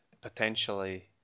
potentially